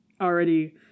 already